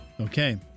Okay